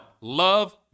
love